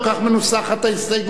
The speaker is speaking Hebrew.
אבל לא כך מנוסחת ההסתייגות.